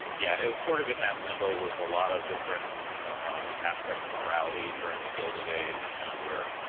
yeah it was sort of in that limbo with a lot of different um aspects, morality during the gilded age, now where